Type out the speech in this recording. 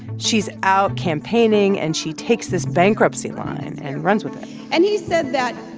she's out campaigning, and she takes this bankruptcy line and runs with it and he said that,